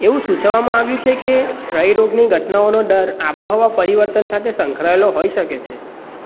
એવું સૂચવવામાં આવ્યું છે કે ક્ષય રોગની ઘટનાઓનો દર આબોહવા પરિવર્તન સાથે સંકળાયેલો હોઈ શકે છે